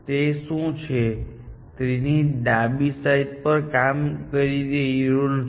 તે શું છે જે ટ્રી ની ડાબી સાઈડ પર કામ કરી રહ્યું નથી